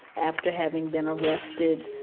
after having been arrested,